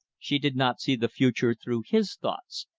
she did not see the future through his thoughts,